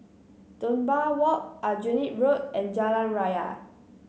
Dunbar Walk Aljunied Road and Jalan Raya